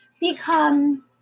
become